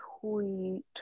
tweet